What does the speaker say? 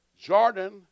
Jordan